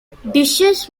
dishes